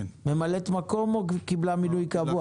ממלאת מקום או קיבלה מינוי קבוע?